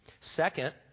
Second